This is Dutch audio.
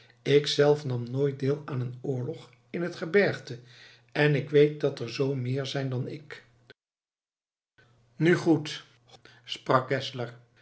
zelf nam nooit deel aan een oorlog in het gebergte en ik weet dat er zoo meer zijn dan ik nu goed sprak geszler